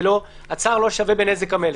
שהצר לא שווה בנזק המלך.